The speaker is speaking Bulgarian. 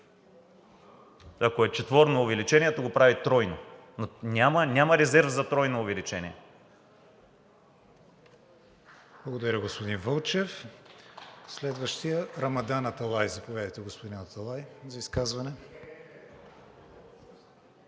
ако е четворно увеличението, го прави тройно, но няма резерв за тройно увеличение.